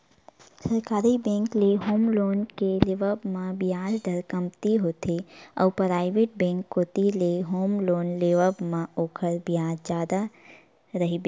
सरकारी बेंक ले home loan के लेवब म बियाज दर कमती होथे अउ पराइवेट बेंक कोती ले होम लोन लेवब म ओखर बियाज दर जादा रहिबे करही